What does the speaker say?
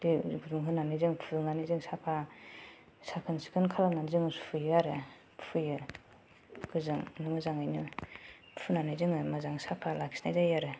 दै गुदुं होनानै फुदुंनानै जों साफा साखोन सिखोन खालामनानै जों सुयो आरो मोजाङैनो फुनानै जों मोजां साफा लाखिनाय जायो आरो